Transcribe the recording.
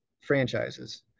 franchises